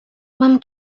mam